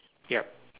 yup